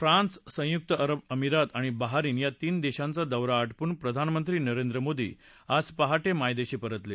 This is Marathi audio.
फ्रान्स संयुक्त अरब अमिरात आणि बहारिन या तीन देशांचा दौरा आटोपून प्रधानमंत्री नरेंद्र मोदी आज पहाटे मायदेशी परतले